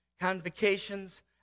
convocations